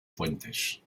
fuentes